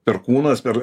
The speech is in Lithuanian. perkūnas per